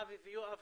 אבי ויואב,